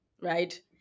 right